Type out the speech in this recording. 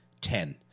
ten